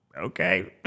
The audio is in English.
okay